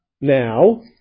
now